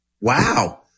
Wow